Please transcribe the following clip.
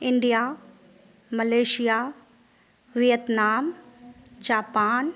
India Malaysia Vietnam Japan